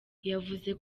yavuze